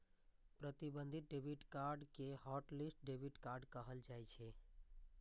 प्रतिबंधित debit card कें hotlist debit card कहल जाइ छै